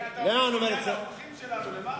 אתה, את האורחים שלנו למעלה.